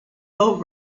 boat